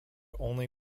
only